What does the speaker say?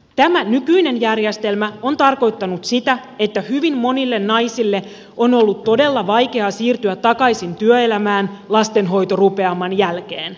tämä nykyinen järjestelmä on tarkoittanut sitä että hyvin monille naisille on ollut todella vaikeaa siirtyä takaisin työelämään lastenhoitorupeaman jälkeen